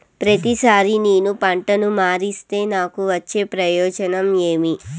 ప్రతిసారి నేను పంటను మారిస్తే నాకు వచ్చే ప్రయోజనం ఏమి?